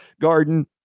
garden